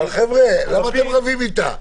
--- חבר'ה, למה אתם רבים איתה?